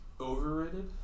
Overrated